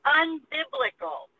unbiblical